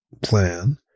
plan